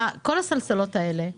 כל הסלסלות האלה,